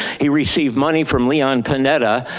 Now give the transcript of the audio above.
he received money from leon panetta,